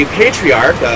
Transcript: patriarch